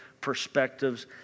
perspectives